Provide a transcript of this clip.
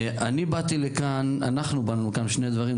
אנחנו באתי לכאן לשני דברים,